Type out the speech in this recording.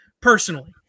personally